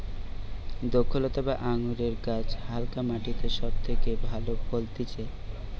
দ্রক্ষলতা বা আঙুরের গাছ হালকা মাটিতে সব থেকে ভালো ফলতিছে